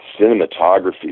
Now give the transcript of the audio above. cinematography